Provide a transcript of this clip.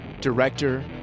director